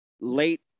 late